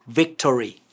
victory